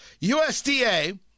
USDA